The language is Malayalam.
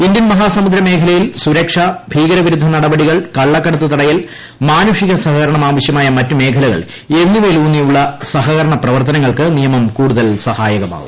ഇന്ത്യൻ മഹാസമുദ്ര മേഖലയിൽ സുരക്ഷ ഭീകരവിരുദ്ധ നടപടികൾ കള്ളക്കടത്ത് തടയൽ മാനുഷിക സഹകരണം ആവശ്യമായ മറ്റു മേഖലകൾ എന്നിവയിലൂന്നിയുള്ള സഹകരണ പ്രവർത്തനങ്ങൾക്ക് നിയമം കൂടുതൽ സഹായകമാകും